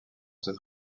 cette